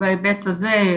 ובהיבט הזה,